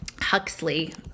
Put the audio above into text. Huxley